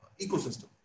ecosystem